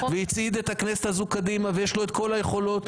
והצעיד את הכנסת הזו קדימה ויש לו את כל היכולות.